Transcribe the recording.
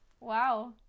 Wow